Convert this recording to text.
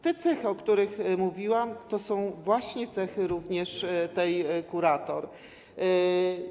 Te cechy, o których mówiłam, to są właśnie cechy również tej kurator.